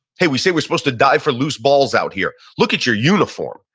hey, we said we're supposed to dive for loose balls out here. look at your uniform,